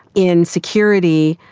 in security,